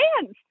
hands